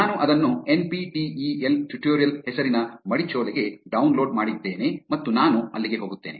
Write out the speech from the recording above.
ನಾನು ಅದನ್ನು N P T E L tutorial ಹೆಸರಿನ ಮಡಿಚೋಲೆಗೆ ಡೌನ್ಲೋಡ್ ಮಾಡಿದ್ದೇನೆ ಮತ್ತು ನಾನು ಅಲ್ಲಿಗೆ ಹೋಗುತ್ತೇನೆ